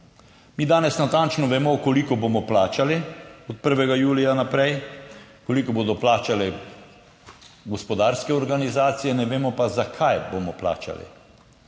Mi danes natančno vemo koliko bomo plačali od 1. julija naprej, koliko bodo plačali gospodarske organizacije, ne vemo pa, zakaj bomo plačali?